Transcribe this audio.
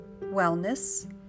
wellness